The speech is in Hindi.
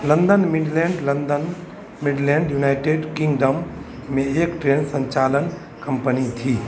London Midland London Midland United Kingdom में एक ट्रेन संचालन कंपनी थी